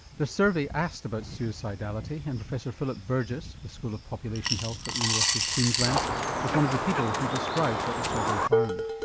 the survey asked about suicidality and professor philip burgess of the school of population health at the university of queensland was one of the people who described what the survey found.